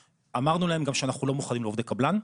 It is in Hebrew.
ואמרנו להם גם שאנחנו לא מוכנים לעובדי קבלן,